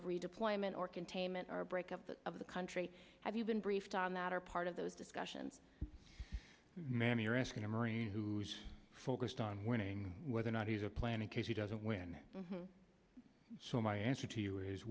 of redeployment or containment our breakup of the country have you been briefed on that or part of those discussions man you're asking a marine who's focused on winning whether or not he's a plan in case he doesn't win so my answer to you is